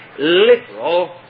literal